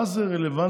מה זה רלוונטי,